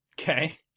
Okay